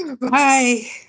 bye